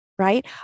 right